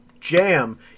jam